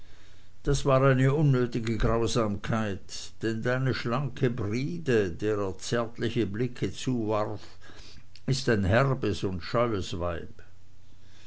das war eine unnötige grausamkeit denn deine schlanke bride der er zärtliche blicke zuwarf ist ein herbes und scheues weib